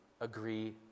agree